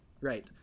Right